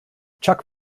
chuck